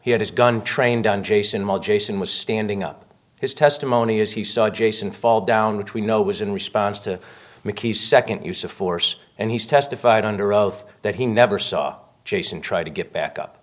he had his gun trained on jason jason was standing up his testimony as he saw jason fall down which we know was in response to mickey's second use of force and he testified under oath that he never saw jason try to get back up